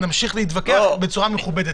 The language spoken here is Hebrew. ואנחנו נמשיך להתווכח בצורה מכובדת.